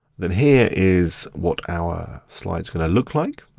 then here is what our slide's gonna look like.